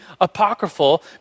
apocryphal